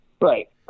Right